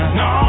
no